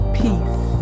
peace